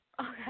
okay